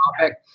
topic